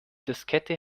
diskette